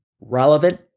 relevant